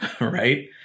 right